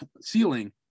ceiling